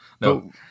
No